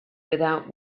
without